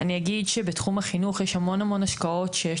אני אגיד שבתחום החינוך יש המון המון השקעות שיש